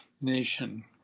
nation